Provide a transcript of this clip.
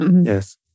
Yes